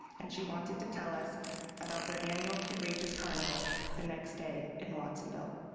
and she wanted to tell us about their annual kidrageous carnival the next day in watsonville.